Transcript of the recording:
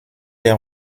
les